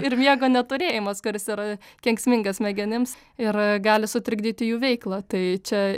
ir miego neturėjimas kuris yra kenksmingas smegenims ir gali sutrikdyti jų veiklą tai čia